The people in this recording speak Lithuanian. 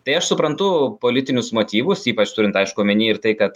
tai aš suprantu politinius motyvus ypač turint aišku omeny ir tai kad